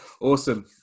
Awesome